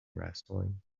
wrestling